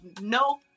no